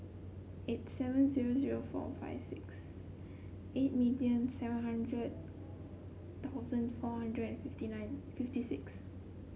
eight seven zero zero four five six eight million seven hundred thousand four hundred and fifty nine fifty six